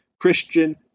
Christian